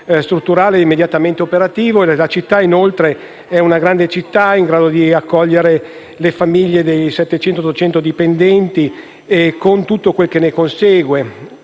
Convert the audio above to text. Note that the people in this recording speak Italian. strutturale, è immediatamente operativo - ed è una grande città in grado di accogliere le famiglie dei 700-800 dipendenti, con tutto quel che ne consegue.